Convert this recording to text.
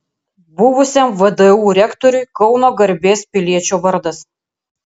buvusiam vdu rektoriui kauno garbės piliečio vardas